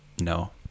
no